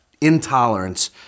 intolerance